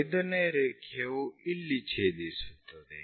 5 ನೇ ರೇಖೆಯು ಇಲ್ಲಿ ಛೇದಿಸುತ್ತದೆ